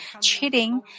cheating